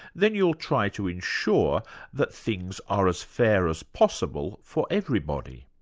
then you'll try to ensure that things are as fair as possible for everybody.